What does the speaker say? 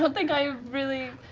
think i've really,